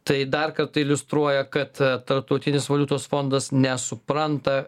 tai dar kartą iliustruoja kad tarptautinis valiutos fondas nesupranta